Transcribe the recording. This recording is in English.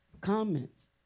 comments